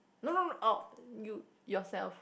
no no no oh you yourself